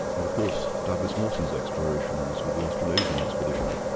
and of course douglas mawson's explorations with the australasian expedition,